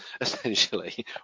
Essentially